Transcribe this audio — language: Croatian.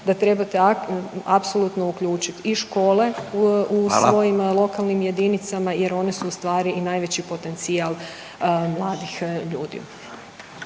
da trebate apsolutno uključiti i škole u svojim … .../Upadica: Hvala./... … lokalnim jedinicama jer one su ustvari i najveći potencijal mladih ljudi.